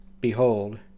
Behold